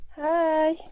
Hi